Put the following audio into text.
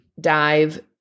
dive